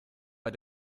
bei